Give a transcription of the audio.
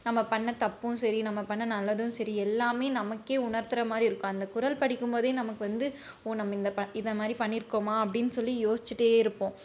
நம்ம பண்ண தப்பும் சரி நம்ம பண்ண நல்லதும் சரி எல்லாமே நமக்கே உணர்துற மாதிரி இருக்கும் அந்த குறள் படிக்கும்போதே நமக்கு வந்து ஓ நம்ம இந்த ப இது மாதிரி பண்ணியிருக்கோமா அப்படின் சொல்லி யோசிச்சுட்டே இருப்போம்